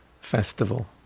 festival